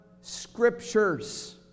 scriptures